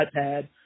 iPad